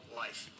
life